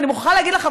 ואני מוכרחה להגיד לך,